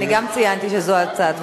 אני גם ציינתי שזו הצעתו.